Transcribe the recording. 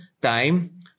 time